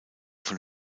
von